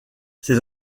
ses